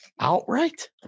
outright